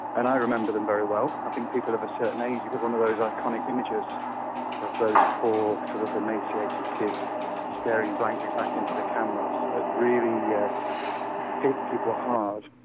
and i remember them very well. i think people of a certain age, it was one of those iconic images of those poor sort of emaciated kids staring blankly back into the cameras that really yeah hit people hard.